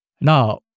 Now